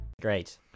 Great